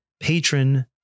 Patron